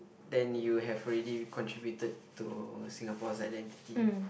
then you have already contributed to Singapore's identity